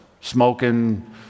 smoking